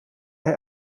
hij